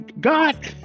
God